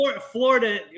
Florida